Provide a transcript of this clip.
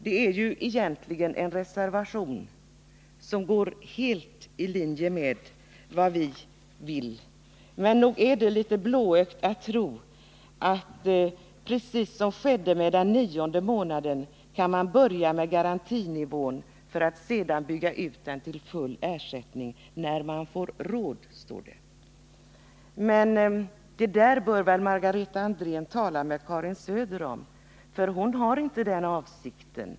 Det är ju egentligen en reservation, som går helt i linje med vad vi vill. Men nog är det litet blåögt att tro att man, precis som skedde med den nionde månaden, kan börja med garantinivån för att sedan bygga ut till full ersättning — när man får råd, står det. Det där bör väl Margareta Andrén tala med Karin Söder om, för hon har inte den avsikten.